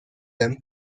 them